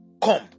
come